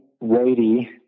weighty